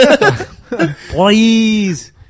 Please